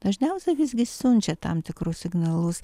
dažniausia visgi siunčia tam tikrus signalus